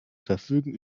verfügen